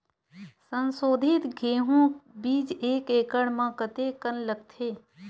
संसोधित गेहूं बीज एक एकड़ म कतेकन लगथे?